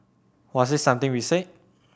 was it something we said